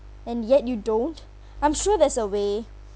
and yet you don't I'm sure there's a way